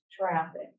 traffic